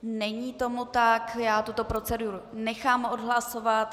Není tomu tak, já tuto proceduru nechám odhlasovat.